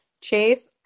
Chase